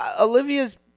Olivia's